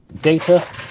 Data